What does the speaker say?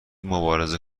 مبارزه